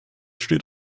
steht